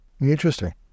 Interesting